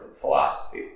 philosophy